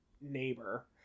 neighbor